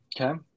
Okay